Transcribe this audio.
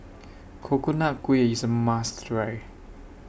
Coconut Kuih IS A must Try